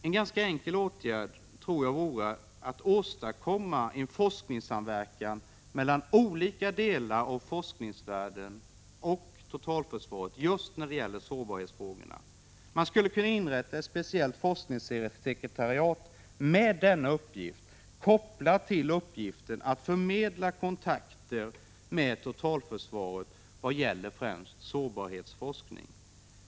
En ganska enkel åtgärd tror jag vore att åstadkomma en forskningssamverkan mellan olika delar av forskningsvärlden och totalförsvaret just när det gäller sårbarhetsfrågorna. Man skulle kunna inrätta ett speciellt forskningssekretariat med denna uppgift kopplad till uppgiften att förmedla kontakter med totalförsvaret vad gäller främst sårbarhetsforskning.